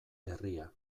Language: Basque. herria